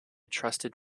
trusted